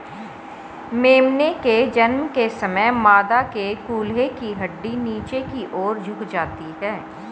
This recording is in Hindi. मेमने के जन्म के समय मादा के कूल्हे की हड्डी नीचे की और झुक जाती है